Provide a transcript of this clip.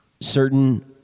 certain